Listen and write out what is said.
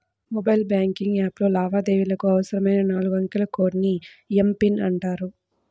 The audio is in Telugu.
మొబైల్ బ్యాంకింగ్ యాప్లో లావాదేవీలకు అవసరమైన నాలుగు అంకెల కోడ్ ని ఎమ్.పిన్ అంటారు